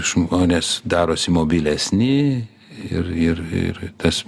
žmonės darosi mobilesni ir ir ir tas